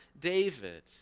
David